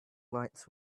lights